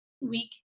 week